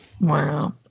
Wow